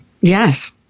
Yes